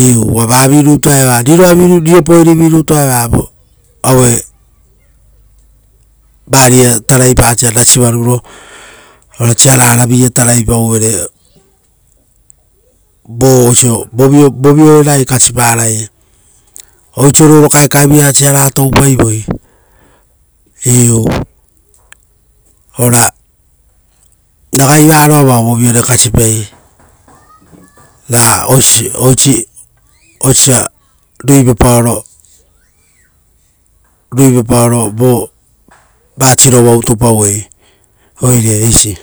iu, uva vavi rutua eva, riro vavuru viruta eva, aue varia tarai pasa rasi varuru, ora sararavia taraipau vere, vo oiso. Voviore ragai kasiparai. Oiso roro kaekaevira siara toupaivoi, iu, oraa ragai varoa vao voviore kasipai, ra oisi oisa riupapaoro rui papaoro vo va sirova utupauei. Oire eisi.